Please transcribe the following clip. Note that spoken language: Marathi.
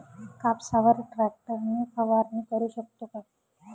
कापसावर ट्रॅक्टर ने फवारणी करु शकतो का?